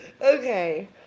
Okay